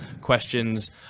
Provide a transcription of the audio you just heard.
questions